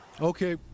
Okay